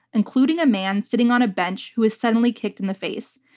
including a man sitting on a bench who was suddenly kicked in the face.